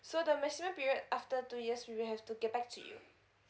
okay so the maximum period after two years we will have to get back to you